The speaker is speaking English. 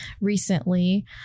recently